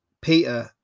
Peter